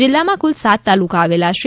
જિલ્લામાં કુલ સાત તાલુકા આવેલા છે